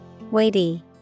Weighty